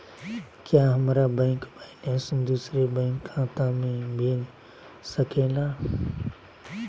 क्या हमारा bank balance दूसरे बैंक खाता में भेज सके ला?